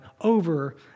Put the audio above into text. over